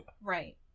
Right